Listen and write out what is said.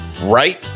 right